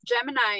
Gemini